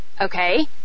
Okay